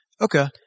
Okay